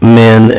men